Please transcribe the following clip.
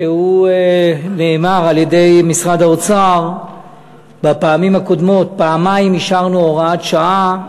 ונאמר על-ידי משרד האוצר בפעמים הקודמות: פעמיים אישרנו הוראת שעה,